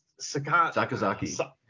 Sakazaki